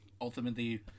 ultimately